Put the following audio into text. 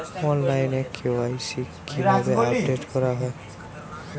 অনলাইনে কে.ওয়াই.সি কিভাবে আপডেট করা হয়?